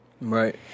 Right